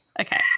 Okay